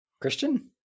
Christian